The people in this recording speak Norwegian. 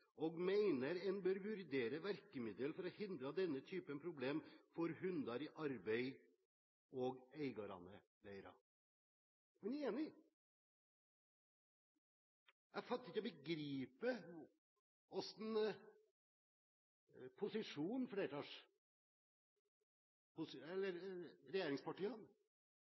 og meiner ein bør vurdere verkemiddel for å hindre denne typen problem for hundar i arbeid og eigarane deira.» Man er